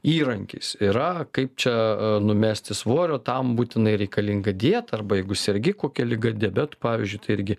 įrankis yra kaip čia numesti svorio tam būtinai reikalinga dieta arba jeigu sergi kokia liga diabetu pavyzdžiui tu irgi